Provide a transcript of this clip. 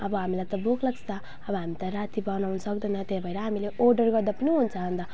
अब हामीलाई त भोक लाग्छ अब हामी त राति बनाउन सक्दैनौँ त्यही भएर हामीले अर्डर गर्दा पनि हुन्छ अन्त